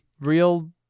real